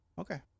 okay